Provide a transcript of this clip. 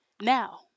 Now